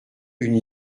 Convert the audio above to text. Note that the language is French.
une